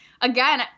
again